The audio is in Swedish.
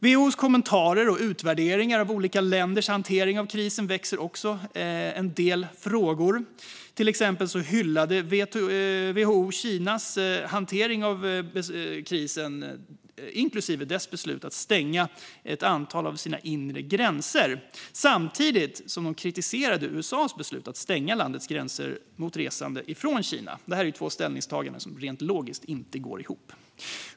WHO:s kommentarer och utvärderingar gällande olika länders hantering av krisen väcker också en del frågor. Exempelvis hyllade WHO Kinas hantering av krisen, inklusive landets beslut att stänga ett antal av sina inre gränser, samtidigt som man kritiserade USA:s beslut att stänga landets gränser mot resande från Kina. Detta är två ställningstaganden som rent logiskt inte går ihop.